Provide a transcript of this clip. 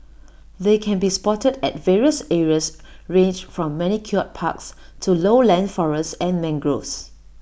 they can be spotted at various areas ranged from manicured parks to lowland forests and mangroves